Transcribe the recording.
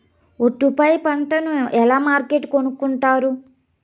ఒట్టు పై పంటను ఎలా మార్కెట్ కొనుక్కొంటారు?